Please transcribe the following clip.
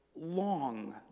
Long